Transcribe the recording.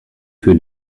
für